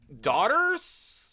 daughter's